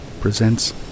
presents